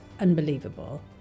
unbelievable